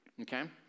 okay